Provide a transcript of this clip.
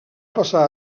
passar